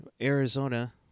Arizona